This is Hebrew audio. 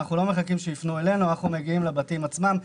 אנחנו לא מחכים שיפנו אלינו אלא אנחנו מגיעים לבתים עצמם,